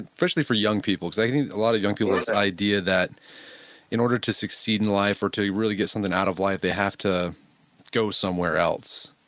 especially for young people, because i think a lot of young people have this idea that in order to succeed in life or to really get something out of life, they have to go somewhere else,